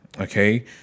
okay